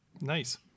Nice